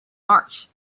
march